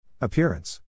Appearance